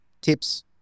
tips